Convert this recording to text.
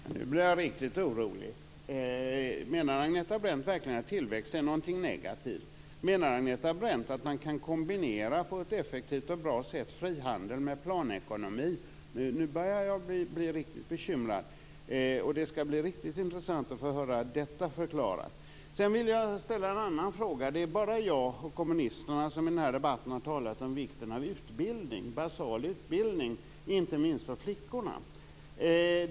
Fru talman! Nu blir jag riktigt orolig. Menar Agneta Brendt verkligen att tillväxt är någonting negativt? Menar hon att man kan på ett effektivt och bra sätt kan kombinera frihandel med planekonomi? Då börjar jag bli riktigt bekymrad. Det skall bli intressant att få höra detta förklarat. Jag vill också ställa en annan fråga. Det är bara jag och kommunisterna som i den här debatten har talat om vikten av basal utbildning, inte minst för flickor.